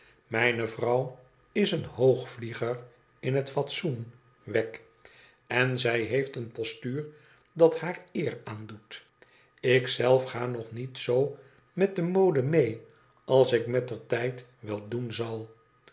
mijne vrouw is een hoogvlieger in het fatsoen wegg en zij heeft een postuur dat haar eer aandoet ik zelf ga nog niet zoo met de mode mee als ik mettertijd wel doen zal